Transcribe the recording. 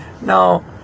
Now